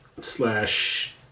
slash